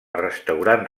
restaurant